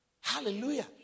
Hallelujah